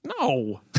No